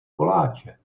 koláče